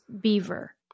Beaver